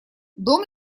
дом